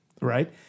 right